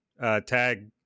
tag